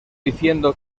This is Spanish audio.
diciendo